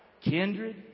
kindred